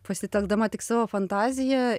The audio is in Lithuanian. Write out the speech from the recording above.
pasitelkdama tik savo fantaziją